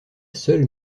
seule